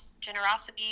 generosity